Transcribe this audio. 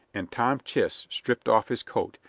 and tom chist stripped off his coat,